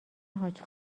حاج